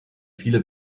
viele